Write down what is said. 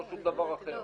לא שום דבר אחר.